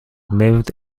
live